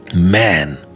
man